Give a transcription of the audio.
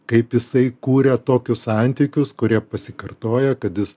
kaip jisai kūrė tokius santykius kurie pasikartoja kad jis